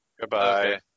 Goodbye